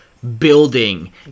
building